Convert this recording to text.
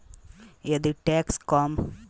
यदि टैक्स कम राखल जाओ ता टैक्स कलेक्शन ढेर होई